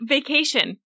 Vacation